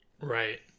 Right